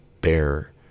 bear